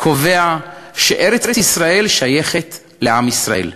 קובע שארץ-ישראל שייכת לעם ישראל.